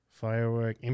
Firework